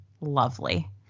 lovely